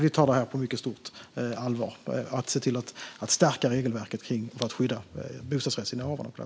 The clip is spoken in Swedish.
Vi tar det här på mycket stort allvar. Vi ska se till att stärka regelverket för att skydda bostadsrättsinnehavarna.